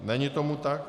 Není tomu tak.